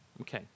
Okay